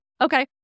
Okay